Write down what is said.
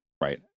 right